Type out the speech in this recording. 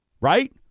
right